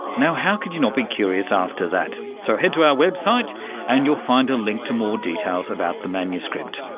now, how could you not be curious after that? so head to our website and you'll find a link to more details about the manuscript.